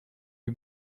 eût